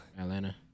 Atlanta